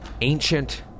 ancient